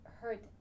hurt